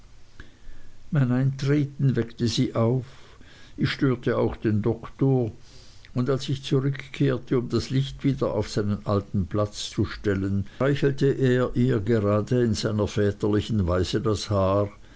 mein eintreten weckte sie auf ich störte auch den doktor und als ich zurückkehrte um das licht wieder auf seinen alten platz zu stellen streichelte er ihr gerade in seiner väterlichen weise das haar